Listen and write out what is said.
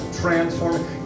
transforming